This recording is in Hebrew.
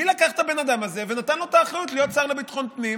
מי לקח את הבן אדם הזה ונתן לו את האחריות להיות שר לביטחון פנים?